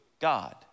God